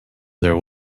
there